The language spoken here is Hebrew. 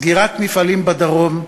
סגירת מפעלים בדרום,